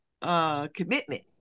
commitment